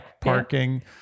parking